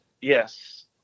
Yes